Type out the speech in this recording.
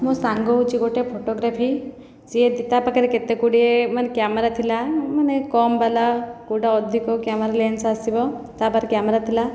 ମୋ ସାଙ୍ଗ ହେଉଛି ଗୋଟିଏ ଫଟୋଗ୍ରାଫି ସେ ତା ପାଖରେ କେତେ ଗୁଡ଼ିଏ ମାନେ କ୍ୟାମେରା ଥିଲା ମାନେ କମ୍ ବାଲା କେଉଁଟା ଅଧିକ କ୍ୟାମେରା ଲେନ୍ସ ଆସିବ ତା'ପାଖରେ କ୍ୟାମେରା ଥିଲା